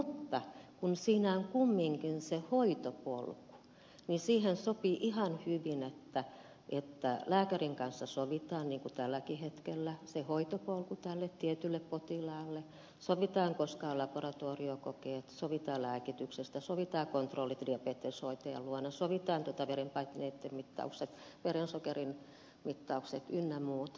nyt kun siinä on se hoitopolku niin sopii ihan hyvin että lääkärin kanssa sovitaan niin kuin tälläkin hetkellä se hoitopolkuttänyt tietylle potilaalle sovitaan koska on laboratoriokokeet sovitaan lääkityksestä sovitaan kontrolli diabeteshoitajan luona sovitaan verenpaineitten mittaukset verensokerin mittaukset ynnä muuta